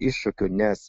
iššūkių nes